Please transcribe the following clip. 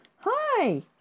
Hi